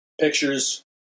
pictures